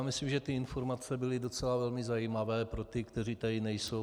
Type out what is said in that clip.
Myslím, že ty informace byly velmi zajímavé pro ty, kteří tady nejsou.